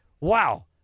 wow